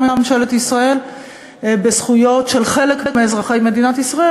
ממשלת ישראל בזכויות של חלק מאזרחי ישראל,